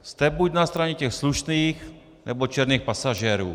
Jste buď na straně těch slušných, nebo černých pasažérů.